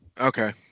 Okay